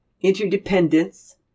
interdependence